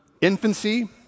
infancy